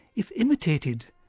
if imitated,